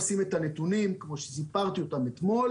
נשים את הדברים על דיוקם ואת הנתונים כמו שסיפרתי אותם אתמול,